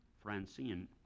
Francine